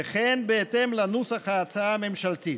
וכן בהתאם לנוסח ההצעה הממשלתית,